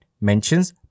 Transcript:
mentions